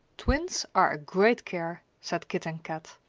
twins are a great care, said kit and kat.